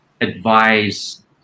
advise